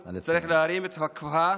צריכים עוד עשרות מקומות כמו גבעת חביבה,